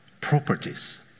properties